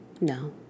No